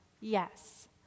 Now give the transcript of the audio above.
Yes